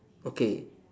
okay